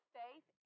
faith